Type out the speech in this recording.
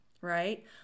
right